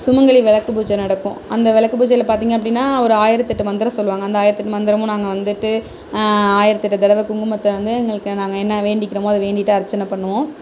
சுமங்கலி விளக்கு பூஜை நடக்கும் அந்த விளக்கு பூஜைல பார்த்திங்க அப்படினா ஒரு ஆயிரத்தெட்டு மந்திரம் சொல்லுவாங்க அந்த ஆயிரத்தெட்டு மந்திரமும் நாங்கள் வந்துட்டு ஆயிரத்தெட்டு தடவை குங்குமத்தை வந்து நாங்கள் என்ன வேண்டிக்கிறோமோ அதை வேண்டிகிட்டு அர்ச்சனை பண்ணுவோம்